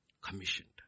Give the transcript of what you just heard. Commissioned